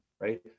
right